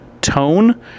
tone